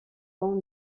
von